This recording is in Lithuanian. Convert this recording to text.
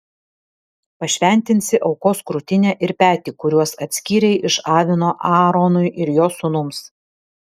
pašventinsi aukos krūtinę ir petį kuriuos atskyrei iš avino aaronui ir jo sūnums